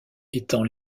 étant